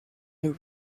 who